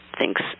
thinks